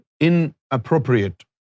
inappropriate